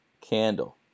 candle